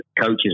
coaches